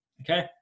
Okay